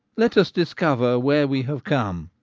let us discover where we have come,